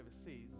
overseas